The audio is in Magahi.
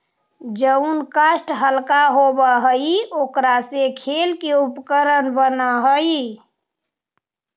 जउन काष्ठ हल्का होव हई, ओकरा से खेल के उपकरण बनऽ हई